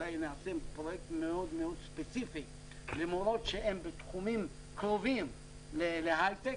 אולי נעשה פרויקט מאוד מאוד ספציפי למורות שהן בתחומים קרובים להייטק,